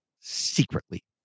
secretly